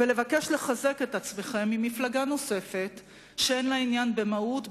ולבקש לחזק את עצמכם עם מפלגה נוספת שאין לה עניין במהות,